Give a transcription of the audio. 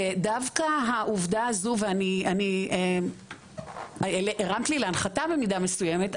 ודווקא העובדה הזו ואני הרמת לי להנחתה במידה מסוימת,